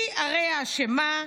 היא הרי האשמה.